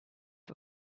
for